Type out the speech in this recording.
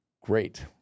Great